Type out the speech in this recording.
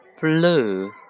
Blue